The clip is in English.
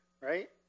right